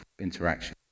interaction